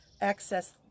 access